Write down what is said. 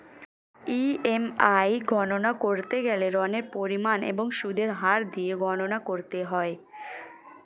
EMI গণনা করতে গেলে ঋণের পরিমাণ এবং সুদের হার দিয়ে গণনা করতে হয়